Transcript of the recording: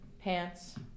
pants